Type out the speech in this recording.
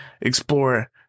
explore